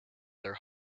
their